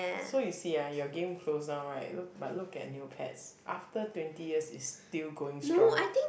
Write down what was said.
so you see ah your game close down right look but look at Neopets after twenty years it's still going strong